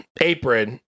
apron